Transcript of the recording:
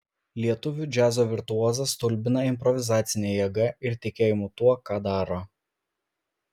lietuvių džiazo virtuozas stulbina improvizacine jėga ir tikėjimu tuo ką daro